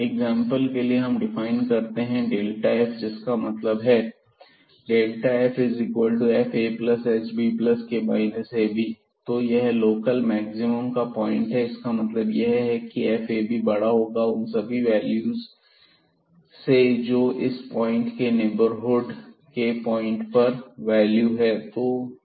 example के लिए हम डिफाइन करते हैं डेल्टा f जिसका मतलब है ffahbk fab तो यह लोकल मैक्सिमम का पॉइंट है इसका मतलब यह है कि यह fab बड़ा होगा उन सभी वैल्यू से जो इस पॉइंट के नेबरहुड के पॉइंट पर वैल्यू से